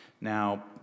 Now